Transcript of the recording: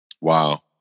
Wow